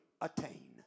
attain